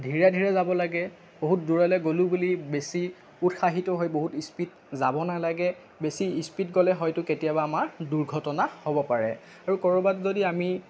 ধীৰে ধীৰে যাব লাগে বহুত দূৰলৈ গ'লোঁ বুলি বেছি উৎসাহিত হৈ বহুত ইস্পীড যাব নালাগে বেছি ইস্পীড গ'লে হয়তো কেতিয়াবা আমাৰ দুৰ্ঘটনা হ'ব পাৰে আৰু ক'ৰবাত যদি আমি